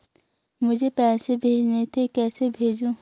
मुझे पैसे भेजने थे कैसे भेजूँ?